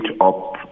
up